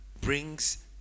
brings